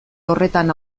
horretan